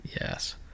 Yes